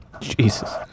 Jesus